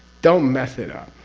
don't mess it up!